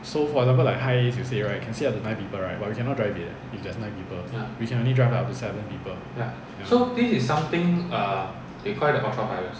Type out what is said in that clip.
so for example like hiace you say right can sit up to nine people right but we cannot drive it if there's nine people we can only drive up to seven people ya